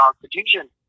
Constitution